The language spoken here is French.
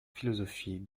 philosophie